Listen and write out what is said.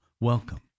welcome